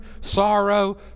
sorrow